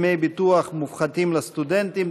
דמי ביטוח מופחתים לסטודנטים),